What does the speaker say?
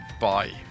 bye